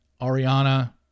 Ariana